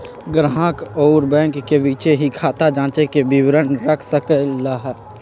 ग्राहक अउर बैंक के बीचे ही खाता जांचे के विवरण रख सक ल ह